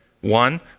One